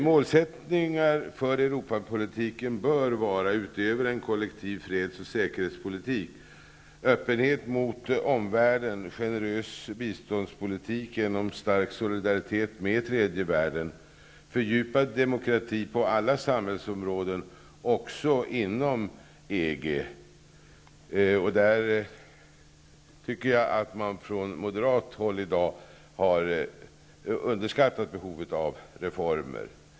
Målet för Europapolitiken bör -- utöver en kollektiv freds och säkerhetspolitik -- vara öppenhet mot omvärlden, generös biståndspolitik genom stark solidaritet med tredje världen och fördjupad demokrati på alla samhällsområden -- också inom EG. Där tycker jag att man på moderat håll i dag har underskattat behovet av reformer.